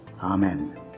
Amen